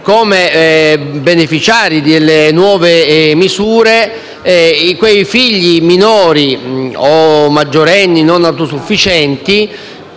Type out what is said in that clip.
come beneficiari delle nuove misure, quei figli minori o maggiorenni non autosufficienti